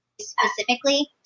specifically